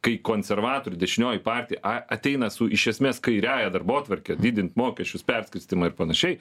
kai konservatorių dešinioji partija a ateina su iš esmės kairiąja darbotvarke didint mokesčius perskirstymą ir panašiai